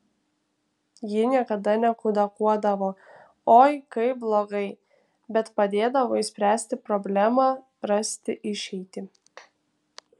ji niekada nekudakuodavo oi kaip blogai bet padėdavo išspręsti problemą rasti išeitį